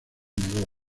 negó